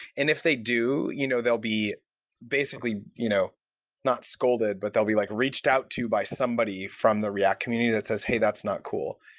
and if they do, you know they'll be basically, you know not scolded, but they'll be like reached out to by somebody from the react community that says, hey, that's not cool.